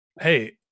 hey